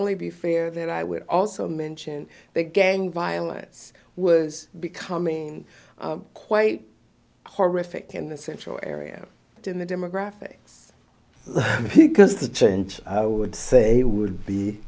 only be fair that i would also mention big gang violence was becoming quite horrific in the central area in the demographics because the change i would say would be